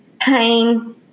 pain